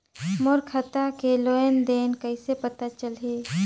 मोर खाता के लेन देन कइसे पता चलही?